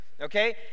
Okay